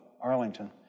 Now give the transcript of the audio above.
Arlington